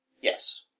yes